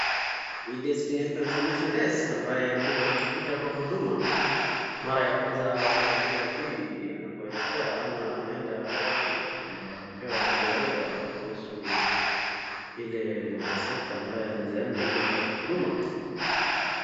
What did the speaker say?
Hii desk inaitwa information desk ambaye mtu akikujwa kwa huduma mara ya kwanza kwa vile hajui anapoelekea ama anaenda wapi ndo anapewa mawaidha kuhusu ile sekta ambayo anawezaenda ili apate huduma.